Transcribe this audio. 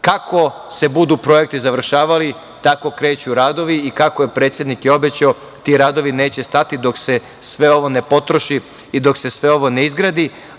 Kako se budu projekti završavali, tako kreću radovi i kako je predsednik i obećao, ti radovi neće stati dok se sve ovo ne potroši i dok se sve ovo ne izgradi. Kada